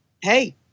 Hey